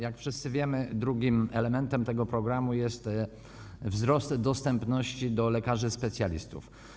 Jak wszyscy wiemy, drugim elementem tego programu jest wzrost dostępności lekarzy specjalistów.